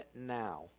now